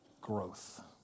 growth